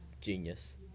genius